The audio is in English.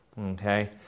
Okay